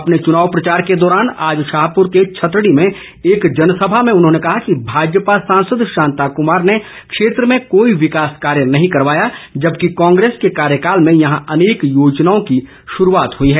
अपने चुनाव प्रचार के दौरान आज शाहपुर के छतड़ी में एक जनसभा में उन्होंने कहा कि भाजपा सांसद शांता कुमार ने क्षेत्र में कोई विकास कार्य नहीं करवाया जबकि कांग्रेस के कार्यकाल में यहां अनेक योजनाओं की शुरूआत हुई है